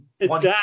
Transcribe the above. one